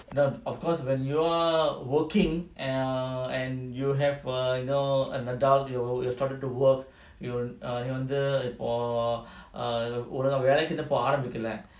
the of course when you're working err and you have err you know an adult you have started to work your err நீவந்துஇப்போ:nee vandhu ipo err இன்னும்ஆரம்பிக்கல:innum aarambikala